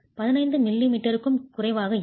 15 மில்லிமீட்டருக்கும் குறைவாக இல்லை